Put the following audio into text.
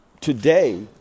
today